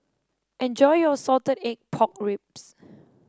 enjoy your Salted Egg Pork Ribs